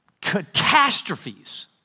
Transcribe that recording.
catastrophes